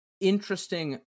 interesting